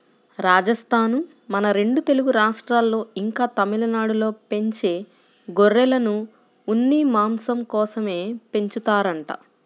రాజస్థానూ, మన రెండు తెలుగు రాష్ట్రాల్లో, ఇంకా తమిళనాడులో పెంచే గొర్రెలను ఉన్ని, మాంసం కోసమే పెంచుతారంట